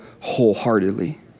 wholeheartedly